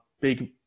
big